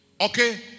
Okay